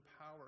power